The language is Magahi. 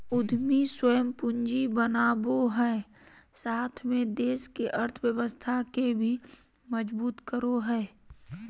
उद्यमी स्वयं पूंजी बनावो हइ साथ में देश के अर्थव्यवस्था के भी मजबूत करो हइ